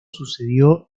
sucedió